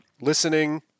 listening